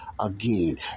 again